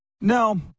No